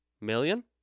Million